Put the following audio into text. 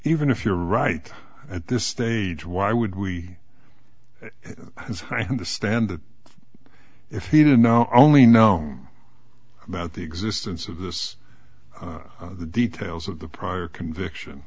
even if you're right at this stage why would we understand that if he didn't know i only know about the existence of this the details of the prior conviction